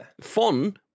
Fun